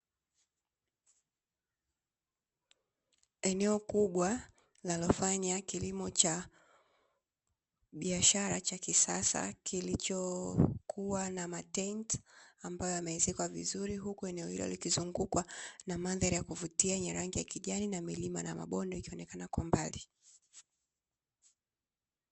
Eneo kubwa linalofanya kilimo cha biashara cha kisasa, kilichokuwa na matenti ambayo yameezekwa vizuri, huku eneo hilo likizungukwa na mandhari ya kuvutia yenye rangi ya kijani na milima na mabonde ikionekana kwa mbali.